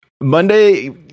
Monday